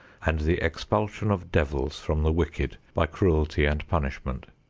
and the expulsion of devils from the wicked by cruelty and punishment.